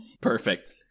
perfect